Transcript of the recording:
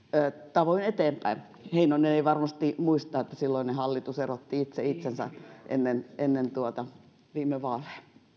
tavoin eteenpäin heinonen ei varmasti muista että silloinen hallitus erotti itse itsensä ennen ennen viime vaaleja